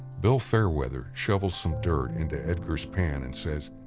bill fairweather shovels some dirt into edgar's pan and says,